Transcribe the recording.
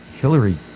Hillary